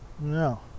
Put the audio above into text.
no